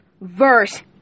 verse